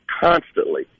constantly